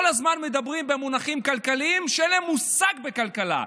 כל הזמן מדברים במונחים כלכליים כשאין להם מושג בכלכלה,